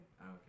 Okay